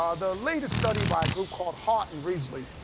ah the latest study by a group called hart and risley,